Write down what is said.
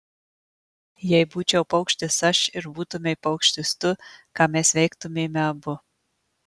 jei būčiau paukštis aš ir būtumei paukštis tu ką mes veiktumėme abu